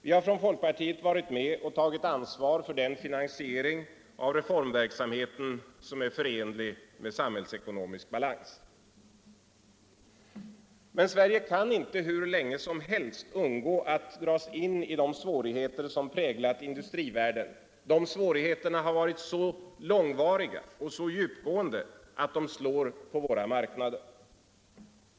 Vi har från folkpartiet varit med och tagit ansvar för den finansiering av refomverksamheten som är förenlig med samhällsekonomisk balans. Men Sverige kan inte hur länge som helst undgå att dras in i de svårigheter som präglat industrivärlden. De svårigheterna har varit så långvariga och så djupgående att de slår på våra marknader.